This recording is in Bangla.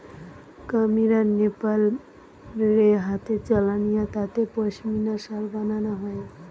কামীর আর নেপাল রে হাতে চালানিয়া তাঁতে পশমিনা শাল বানানা হয়